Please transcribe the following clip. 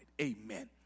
Amen